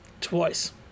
Twice